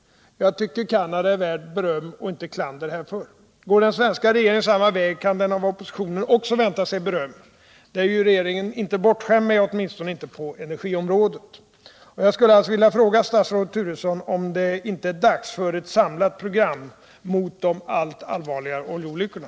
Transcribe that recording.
Jag tycker att Canada är värt beröm och inte klander härför. Går den svenska regeringen samma väg, kan den av oppositionen också vänta sig beröm. Det är ju regeringen inte bortskämd med, åtminstone inte på energiområdet. Jag skulle alltså vilja fråga statsrådet Turesson om det inte är dags för ett samlat program mot de allt allvarligare oljecolyckorna.